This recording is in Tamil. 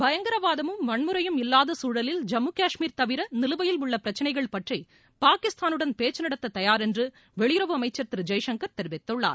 பயங்கரவாதமும் வன்முறையும் இல்லாத குழலில் ஜம்மு காஷ்மீர் தவிர நிலுவையில் உள்ள பிரச்சனைகள் பற்றி பாகிஸ்தானுடன் பேச்சு நடத்த தயார் என்று வெளியுறவு அமைச்சர் திரு ஜெய்சங்கர் தெரிவித்துள்ளார்